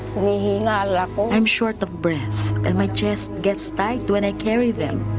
ah yeah i'm short of breath. and my chest gets tight when i carry them.